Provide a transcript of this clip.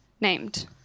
named